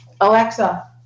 Alexa